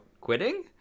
quitting